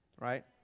right